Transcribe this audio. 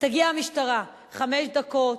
תגיע המשטרה: חמש דקות,